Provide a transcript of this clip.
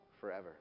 forever